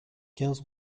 quinze